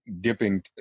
dipping